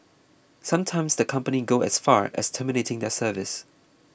sometimes the company go as far as terminating their service